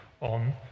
on